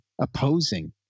opposing